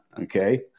Okay